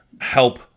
help